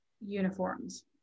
uniforms